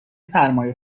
سرمای